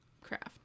craft